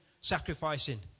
sacrificing